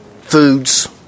Foods